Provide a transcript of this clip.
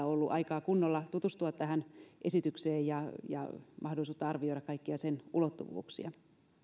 ollut aikaa kunnolla tutustua tähän esitykseen ja mahdollisuutta arvioida kaikkia sen ulottuvuuksia